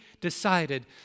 decided